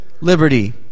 Liberty